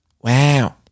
wow